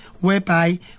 whereby